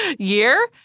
year